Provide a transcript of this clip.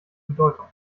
bedeutung